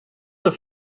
have